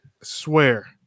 Swear